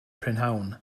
prynhawn